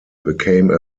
became